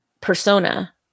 persona